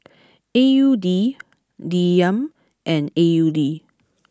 A U D Dirham and A U D